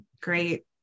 great